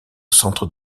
centre